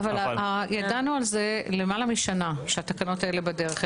ידענו על זה למעלה משנה שהתקנות האלה בדרך.